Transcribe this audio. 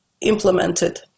implemented